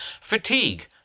fatigue